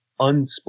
unsplit